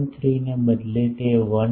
3 ને બદલે તે 1